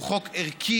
הוא חוק ערכי,